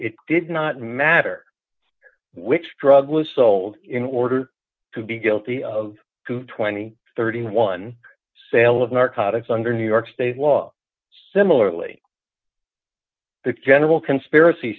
it did not matter which drug was sold in order to be guilty of two thousand and thirty one sale of narcotics under new york state law similarly general conspiracy